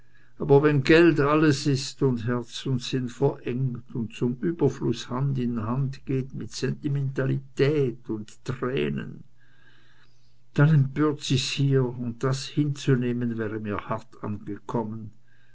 aber wenn geld alles ist und herz und sinn verengt und zum überfluß hand in hand geht mit sentimentalität und tränen dann empört sich's hier und das hinzunehmen wäre mir hart angekommen